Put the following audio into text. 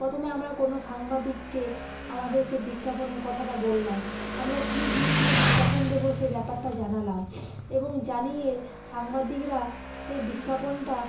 প্রথমে আমরা কোনো সাংবাদিককে আমাদের সেই বিজ্ঞাপনের কথাটা বললাম আমরা কী জিনিস নিয়ে বিজ্ঞাপন দেবো সেই ব্যাপারটা জানালাম এবং জানিয়ে সাংবাদিকরা সেই বিজ্ঞাপনটা